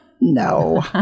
No